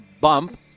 bump